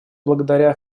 благодаря